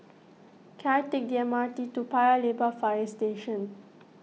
can I take the M R T to Paya Lebar Fire Station